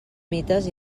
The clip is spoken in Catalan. mites